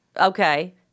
Okay